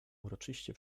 uroczyście